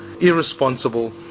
irresponsible